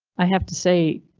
i have to say.